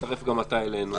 תצטרף גם אתה אלינו,